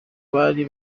bari